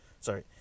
sorry